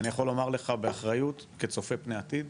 אני יכול לומר לך באחריות, כצופה פני העתיד,